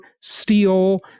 steel